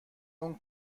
اون